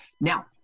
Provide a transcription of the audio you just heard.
Now